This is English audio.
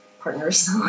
partners